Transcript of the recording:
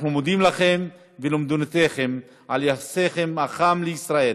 אנחנו מודים לכם ולמדינותיכם על יחסכם החם לישראל.